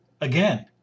Again